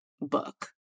book